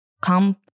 come